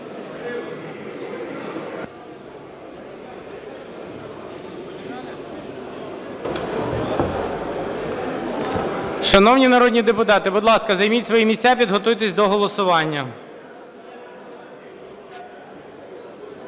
Шановні народні депутати, будь ласка, займіть свої місця, підготуйтесь до голосування.